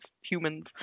humans